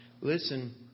Listen